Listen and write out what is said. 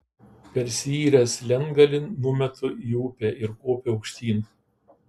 persiyręs lentgalį numetu į upę ir kopiu aukštyn